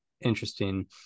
interesting